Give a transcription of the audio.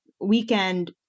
weekend